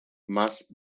más